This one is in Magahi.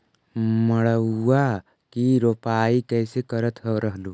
मड़उआ की रोपाई कैसे करत रहलू?